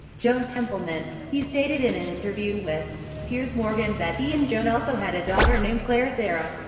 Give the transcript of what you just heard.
joan templeman. he stated in an interview with piers morgan that he and joan also had a daughter named clare sarah,